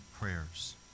prayers